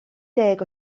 deg